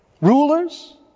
rulers